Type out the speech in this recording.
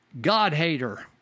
God-hater